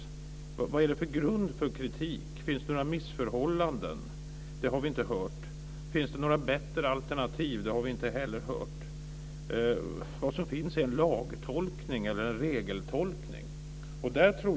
Vad finns det för grund för kritik? Finns det några missförhållanden? Det har vi inte hört. Finns det några bättre alternativ? Det har vi inte heller hört. Vad som finns är en regeltolkning.